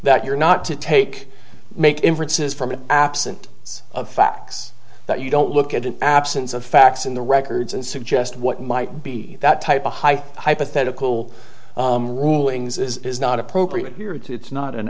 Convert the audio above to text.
that you're not to take make inferences from it absent of facts that you don't look at an absence of facts in the records and suggest what might be that type of high hypothetical rulings is not appropriate here it's not an